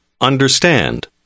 understand